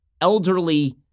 elderly